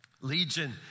Legion